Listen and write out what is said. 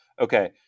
Okay